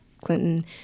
Clinton